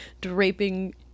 draping